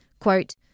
Quote